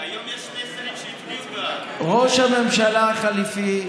אמרת שבני גנץ ממלא אחר כל ההבטחות